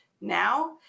Now